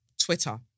Twitter